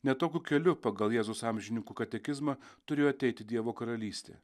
ne tokiu keliu pagal jėzus amžininkų katekizmą turėjo ateiti dievo karalystė